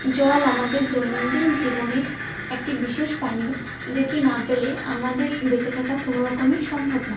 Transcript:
জল আমাদের দৈনন্দিন জীবনের একটি বিশেষ পানীয় যেটি না পেলে আমাদের বেঁচে থাকা কোনোরকমেই সম্ভব না